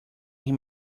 him